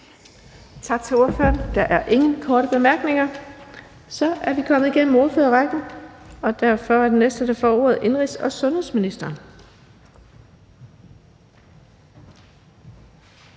Tak til ordføreren. Der er ingen korte bemærkninger. Så er vi kommet igennem ordførerrækken, og derfor er den næste, der får ordet, indenrigs- og sundhedsministeren.